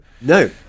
No